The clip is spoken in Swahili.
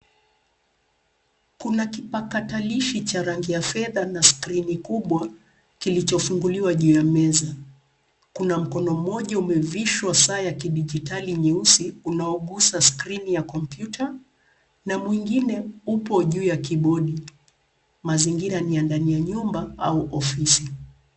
Kuna kipakatalishi cha rangi ya fedha na skrini kubwa kilichofunguliwa juu ya meza. Kuna mkono mmoja umevishwa saa ya kidijitali nyeusi unaogusa skrini ya kompyuta na mwingine upo juu ya kibodi. Mazingira ni ya ndani ya nyumba au ofisi.